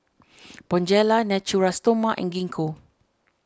Bonjela Natura Stoma and Gingko